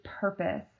purpose